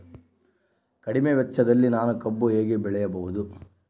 ಕಡಿಮೆ ವೆಚ್ಚದಲ್ಲಿ ನಾನು ಕಬ್ಬು ಹೇಗೆ ಬೆಳೆಯಬಹುದು?